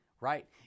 right